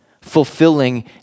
fulfilling